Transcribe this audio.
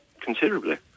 considerably